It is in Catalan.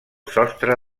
sostre